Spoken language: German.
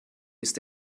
ist